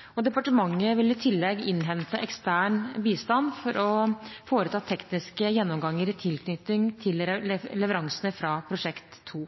velferdsdirektøren. Departementet vil i tillegg innhente ekstern bistand for å foreta tekniske gjennomganger i tilknytning til leveransene fra Prosjekt 2.